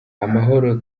amahoro